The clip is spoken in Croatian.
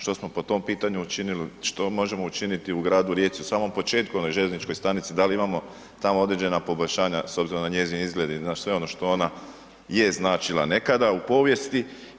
Što smo po tom pitanju učinili, što možemo učiniti u gradu Rijeci u samom početku na željezničkoj stanici, da li imamo tamo određena poboljšanja s obzirom na njezin izgled i na sve ono što ona je značila neka u povijesti?